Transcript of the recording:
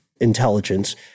intelligence